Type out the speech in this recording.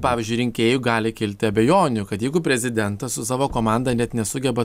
pavyzdžiui rinkėjui gali kilti abejonių kad jeigu prezidentas su savo komanda net nesugeba